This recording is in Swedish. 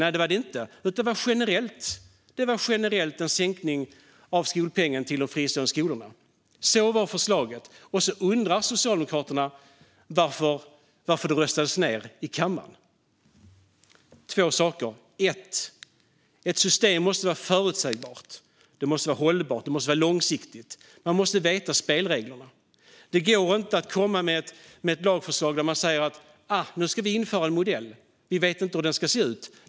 Nej, så var det inte, utan det var generellt. Det var en generell sänkning av skolpengen till de fristående skolorna. Så var förslaget, och så undrar Socialdemokraterna varför det röstades ned i kammaren. Ett system måste vara förutsägbart. Det måste var hållbart. Det måste vara långsiktigt. Man måste veta spelreglerna. Det går inte att komma med ett lagförslag där man säger: Nu ska vi införa en modell. Vi vet inte hur den ska se ut.